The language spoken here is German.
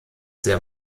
sehr